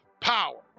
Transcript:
power